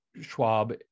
schwab